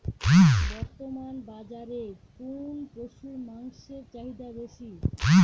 বর্তমান বাজারে কোন পশুর মাংসের চাহিদা বেশি?